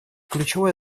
ключевое